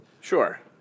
Sure